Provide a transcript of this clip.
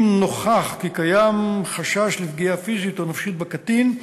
אם נוכח כי קיים חשש לפגיעה פיזית או נפשית בקטין,